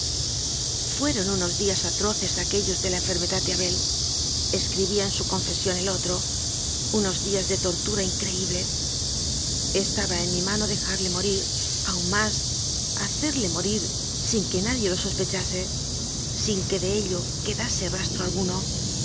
fueron unos días atroces aquellos de la enfermedad de abelescribía en su con cesión el otrounos días de tortura increíble estaba en mi mano dejarle morir aun más hacerle morir sin que nadie lo sospechase sin que de ello quedase rastro